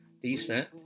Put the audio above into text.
decent